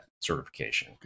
certification